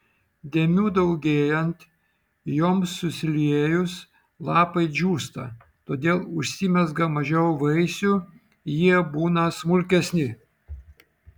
dėmių daugėjant joms susiliejus lapai džiūsta todėl užsimezga mažiau vaisių jie būna smulkesni